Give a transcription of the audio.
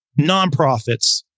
nonprofits